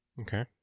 Okay